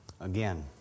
again